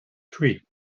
three